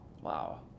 Wow